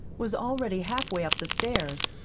was already halfway up the stairs.